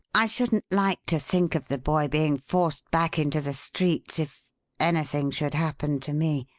i shouldn't like to think of the boy being forced back into the streets if anything should happen to me.